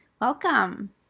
Welcome